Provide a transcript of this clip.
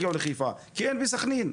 יגיעו לחיפה כי אין בסח'נין,